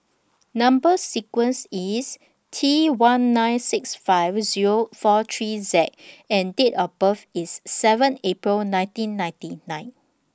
Number sequence IS T one nine six five Zero four three Z and Date of birth IS seven April ninteen ninty nine